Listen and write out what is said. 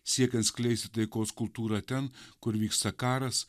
siekiant skleisti taikos kultūrą ten kur vyksta karas